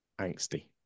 angsty